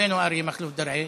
(אומר בערבית: דרעי,